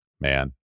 man